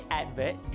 advert